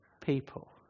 people